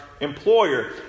employer